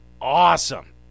awesome